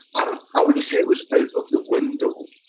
um i wouldn't say it was out of the window.